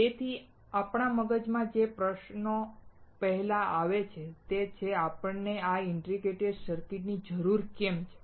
તેથી આપણા મગજમાં જે પહેલો પ્રશ્ન આવે છે તે છે કે આપણને આ ઇન્ટિગ્રેટેડ સર્કિટની જરૂર કેમ છે